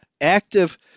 active